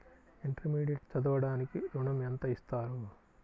Intermediate చదవడానికి ఋణం ఎంత ఇస్తారు?